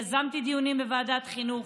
יזמתי דיונים בוועדת החינוך